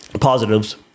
positives